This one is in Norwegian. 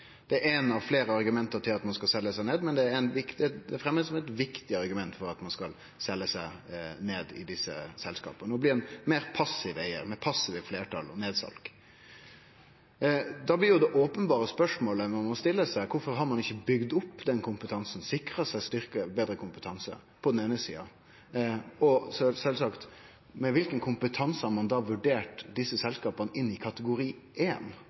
Det er eitt av fleire argument for at ein skal selje seg ned, men det blir sett fram som eit viktig argument for at ein skal selje seg ned i desse selskapa og bli ein meir passiv eigar, med passivt fleirtal og nedsal. Då blir det openberre spørsmålet ein må stille seg: Kvifor har ein ikkje bygd opp den kompetansen, sikra seg betre kompetanse på den eine sida? Og sjølvsagt: Med kva kompetanse har ein då vurdert desse selskapa inn i kategori 1, når ein